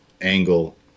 angle